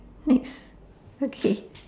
next okay